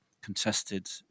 contested